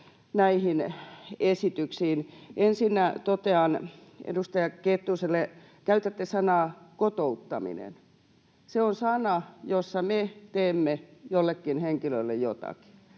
näihin esityksiin liittyen. Ensinnä totean edustaja Kettuselle: Käytätte sanaa ”kotouttaminen”. Se on sana, jossa me teemme jollekin henkilölle jotakin.